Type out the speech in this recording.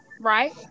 Right